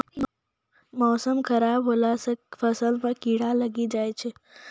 मौसम खराब हौला से फ़सल मे कीड़ा लागी जाय छै?